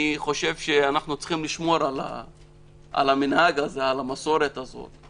אני חושב שאנחנו צריכים לשמור על המסורת הזו,